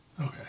Okay